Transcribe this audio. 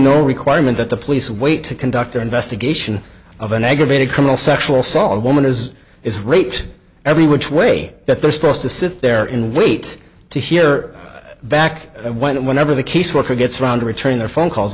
no requirement that the police wait to conduct their investigation of an aggravated criminal sexual saw a woman as is raped every which way that they're supposed to sit there in wait to hear back when whenever the case worker gets around to return their phone calls